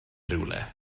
rhywle